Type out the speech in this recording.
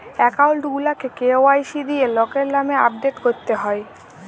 account গুলাকে KYC দিঁয়ে লকের লামে আপডেট ক্যরতে হ্যয়